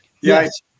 Yes